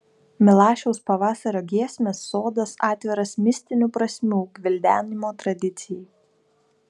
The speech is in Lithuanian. milašiaus pavasario giesmės sodas atviras mistinių prasmių gvildenimo tradicijai